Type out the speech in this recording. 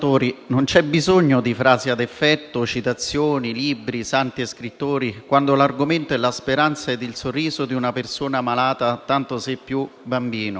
non c'è bisogno di frasi ad effetto, di citazioni di libri, di Santi e scrittori, quando l'argomento è la speranza e il sorriso di una persona malata, tanto più se bambino.